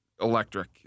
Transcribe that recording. electric